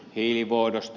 hiilivuodosta